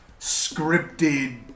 scripted